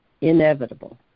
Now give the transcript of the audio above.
inevitable